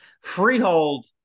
Freehold